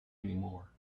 anymore